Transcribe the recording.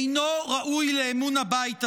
אינו ראוי לאמון הבית הזה.